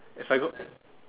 if I go